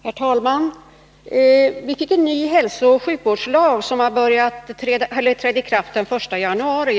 Herr talman! Vi har fått en ny hälsooch sjukvårdslag, som trädde i kraft den 1 januari.